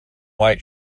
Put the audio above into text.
white